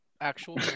actual